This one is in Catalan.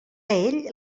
ell